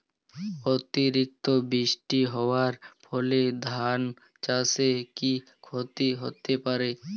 অতিরিক্ত বৃষ্টি হওয়ার ফলে ধান চাষে কি ক্ষতি হতে পারে?